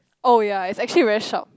oh ya it's actually very sharp